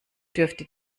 dürfte